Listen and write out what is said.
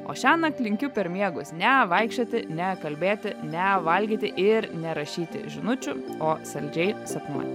o šianakt linkiu per miegus nevaikščioti nekalbėti nevalgyti ir nerašyti žinučių o saldžiai sapnuoti